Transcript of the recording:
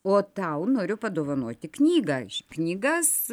o tau noriu padovanoti knygą š knygas